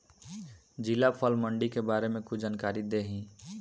जिला फल मंडी के बारे में कुछ जानकारी देहीं?